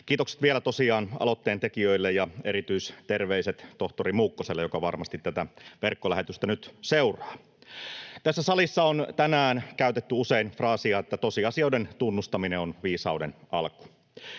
Kiitokset vielä tosiaan aloitteen tekijöille ja erityisterveiset tohtori Muukkoselle, joka varmasti tätä verkkolähetystä nyt seuraa. Tässä salissa on tänään käytetty usein fraasia, että tosiasioiden tunnustaminen on viisauden alku.